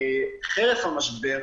חרף המשבר,